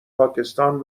پاکستان